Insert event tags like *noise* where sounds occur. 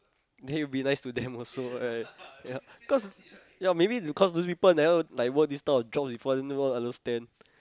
then you'll be nice to them *laughs* also right ya cause ya maybe because people never like work these type of jobs before then won't understand